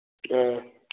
ꯑ